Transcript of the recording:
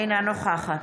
אינה נוכחת